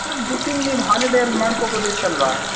madam booking ನೀವು ಹಾಲಿಡೇಯಲ್ಲಿ ಮಾಡ್ಕೊಬೋದಿತ್ತಲ್ವಾ